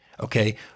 okay